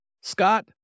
Scott